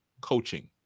coaching